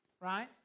right